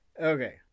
Okay